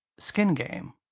skin game?